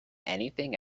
anything